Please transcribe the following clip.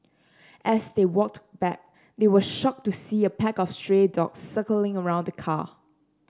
as they walked back they were shocked to see a pack of stray dogs circling around the car